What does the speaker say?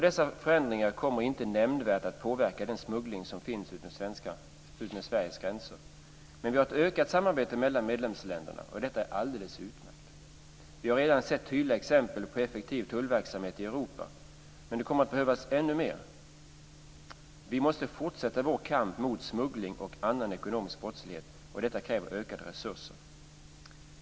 Dessa förändringar kommer inte nämnvärt att påverka den smuggling som finns utmed Sveriges gränser. Vi har dock ett ökat samarbete mellan medlemsländerna, och detta är alldeles utmärkt. Vi har redan sett tydliga exempel på effektiv tullverksamhet i Europa, men det kommer att behövas ännu mer. Vi måste fortsätta vår kamp mot smuggling och annan ekonomisk brottslighet. Detta kräver ökade resurser.